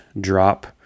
drop